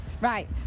Right